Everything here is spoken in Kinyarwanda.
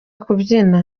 kubyina